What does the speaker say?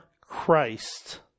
Christ